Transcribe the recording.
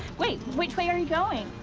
wait. which way are you going?